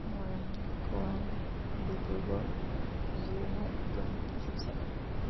মৰাণ খোৱাং ডিব্ৰুগড় যোৰহাট গুৱাহাটী শিৱসাগৰ